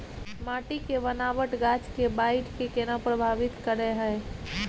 माटी के बनावट गाछ के बाइढ़ के केना प्रभावित करय हय?